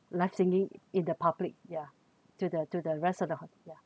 live singing in the public yeah to the to the rest of the yeah